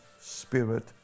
Spirit